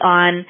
on